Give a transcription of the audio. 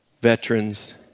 veterans